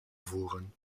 voeren